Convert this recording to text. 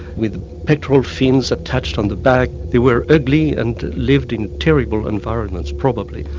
with pectoral fins attached on the back. they were ugly and lived in terrible environments probably.